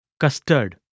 Custard